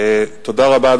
תודה רבה.